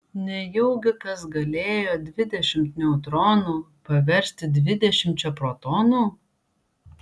nejaugi kas galėjo dvidešimt neutronų paversti dvidešimčia protonų